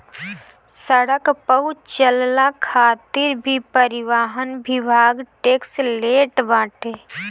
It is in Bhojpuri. सड़क पअ चलला खातिर भी परिवहन विभाग टेक्स लेट बाटे